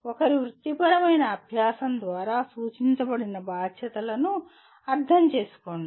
ఒకరి వృత్తిపరమైన అభ్యాసం ద్వారా సూచించబడిన బాధ్యతలను అర్థం చేసుకోండి